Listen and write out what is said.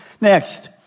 Next